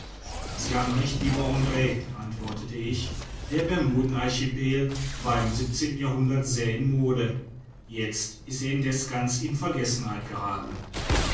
sie haben recht lieber andr antwortete ich der bermuden archipel war im siebenzehnten jahrhundert sehr in mode jetzt ist er indessen ganz in vergessenheit gerathen